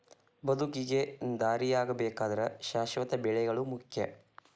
ಬದುಕಿಗೆ ದಾರಿಯಾಗಬೇಕಾದ್ರ ಶಾಶ್ವತ ಬೆಳೆಗಳು ಮುಖ್ಯ